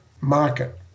market